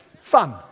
fun